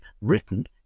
written